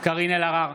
קארין אלהרר,